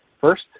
First